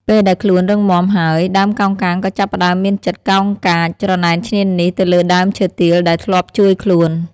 ពេលដែលខ្លួនរឹងមាំហើយ ដើមកោងកាងក៏ចាប់ផ្តើមមានចិត្តកោងកាច ច្រណែនឈ្នានីសទៅលើដើមឈើទាលដែលធ្លាប់ជួយខ្លួន។